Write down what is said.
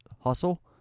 Hustle